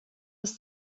des